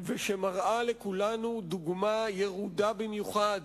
ושמראה לכולנו דוגמה ירודה במיוחד